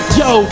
yo